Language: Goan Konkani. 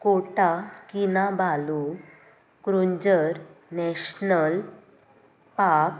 quota Kinabalu Crocker national park